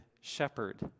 shepherd